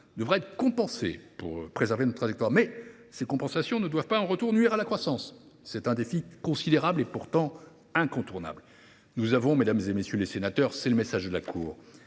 devra être compensée pour préserver notre trajectoire, mais ces compensations ne doivent pas, en retour, nuire à la croissance. C’est un défi considérable et pourtant incontournable. Mesdames, messieurs les sénateurs, nous avons trop